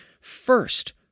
first